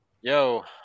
Yo